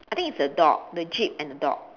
I think it's a dog the jeep and dog